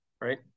right